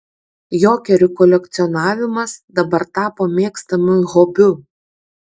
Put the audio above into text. jokerių kolekcionavimas dabar tapo mėgstamu hobiu